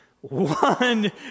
one